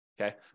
okay